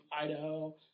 Idaho